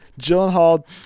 Gyllenhaal